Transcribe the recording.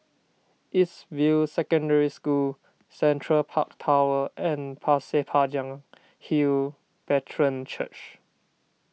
East View Secondary School Central Park Tower and Pasir Panjang Hill Brethren Church